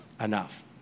enough